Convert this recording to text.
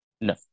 No